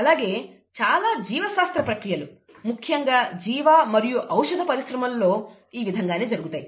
అలాగే చాలా జీవశాస్త్ర ప్రక్రియలు ముఖ్యంగా జీవ మరియు ఔషధ పరిశ్రమలలో ఈ విధంగానే జరుగుతాయి